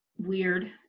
weird